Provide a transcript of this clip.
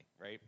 right